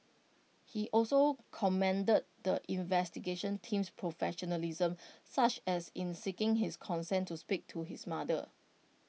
he also commended the investigation team's professionalism such as in seeking his consent to speak to his mother